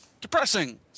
Depressing